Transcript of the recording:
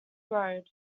road